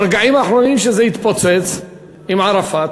ברגעים האחרונים, שזה התפוצץ, עם ערפאת,